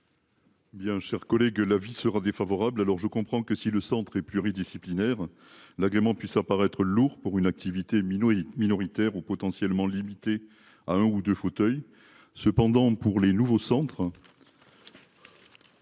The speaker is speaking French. Bien chers collègues l'avis sera défavorable, alors je comprends que si le centre et pluridisciplinaire l'agrément puissent apparaître lourd pour une activité minuit minoritaire ou potentiellement limité à un ou 2 fauteuils cependant pour les nouveaux centres.